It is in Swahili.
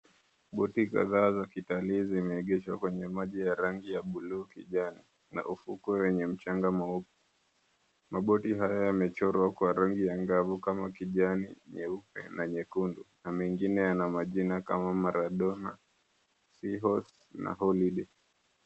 Boti kadhaa zakitalii zimeegeshwa kwenye maji ya rangi ya buluu kijani na ufukwe yenye mchanga mweupe. Maboti haya yamechorwa kwa rangi angavu kama kijani, nyeupe na nyekundu, na mengine yana majina kama Maradona, Seahost na Holiday.